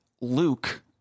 Luke